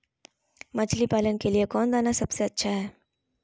मछली पालन के लिए कौन दाना सबसे अच्छा है?